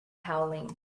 howling